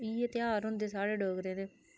इयै ध्यार होंदे साढ़े डोगरें दे